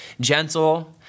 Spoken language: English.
gentle